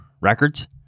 records